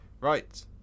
Right